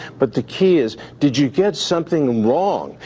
but the key is did you get something wrong?